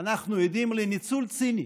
אנחנו עדים לניצול ציני